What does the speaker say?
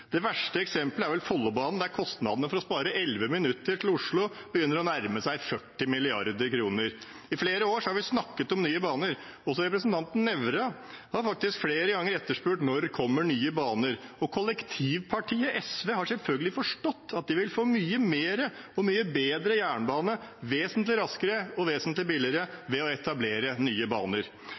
Det verste eksempelet er vel Follobanen, der kostnadene for å spare 11 minutter til Oslo begynner å nærme seg 40 mrd. kr. I flere år har vi snakket om Nye Baner. Også representanten Nævra har faktisk flere ganger spurt om når Nye Baner kommer. Kollektivpartiet SV har selvfølgelig forstått at de vil få mye mer og bedre jernbane vesentlig raskere og vesentlig billigere ved å etablere Nye Baner.